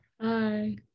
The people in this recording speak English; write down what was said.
hi